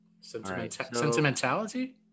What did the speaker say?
Sentimentality